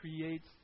creates